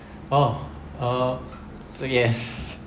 oh uh yes